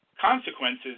consequences